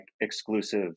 exclusive